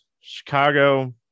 Chicago